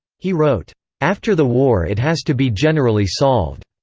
he wrote after the war it has to be generally solved.